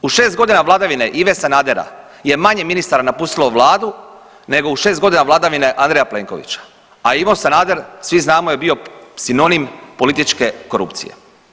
U 6 godina vladavine Ive Sanadera je manje ministara napustilo vladu nego u 6 godina vladavine Andreja Plenkovića, a Ivo Sanader, svi znamo je bio sinonim političke korupcije.